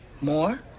More